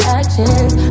actions